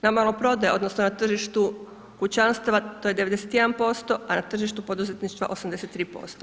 Na malo prodaja, odnosno na tržištu kućanstava to je 91% a na tržištu poduzetništva 83%